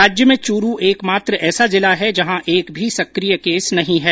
राज्य में चूरू एकमात्र ऐसा जिला है जहां एक भी सक्रिय केस नहीं है